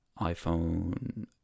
iPhone